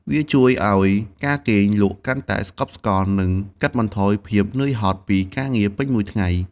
វាជួយឱ្យការគេងលក់កាន់តែស្កប់ស្កល់ និងកាត់បន្ថយភាពនឿយហត់ពីការងារពេញមួយថ្ងៃ។